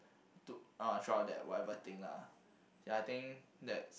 to (uh)throughout that whatever thing lah ya I think that's